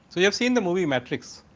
so, you have seen the movie matrix.